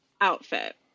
outfit